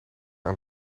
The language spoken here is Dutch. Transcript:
aan